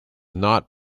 not